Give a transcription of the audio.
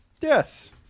Yes